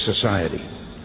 society